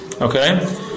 okay